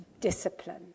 discipline